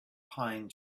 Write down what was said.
pine